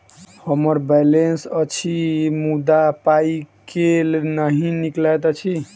हम्मर बैलेंस अछि मुदा पाई केल नहि निकलैत अछि?